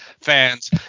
fans